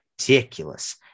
ridiculous